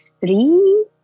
three